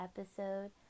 episode